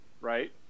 right